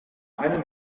einem